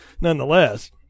nonetheless